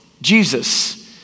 Jesus